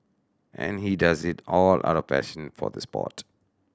and he does it all out of passion for the sport